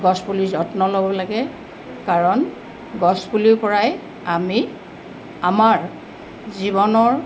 গছ পুলি যত্ন ল'ব লাগে কাৰণ গছ পুলিৰ পৰাই আমি আমাৰ জীৱনৰ